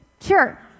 sure